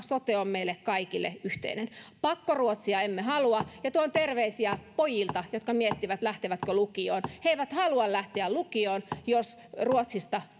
sote on meille kaikille yhteinen pakkoruotsia emme halua ja tuon terveisiä pojilta jotka miettivät lähtevätkö lukioon he eivät halua lähteä lukioon jos ruotsista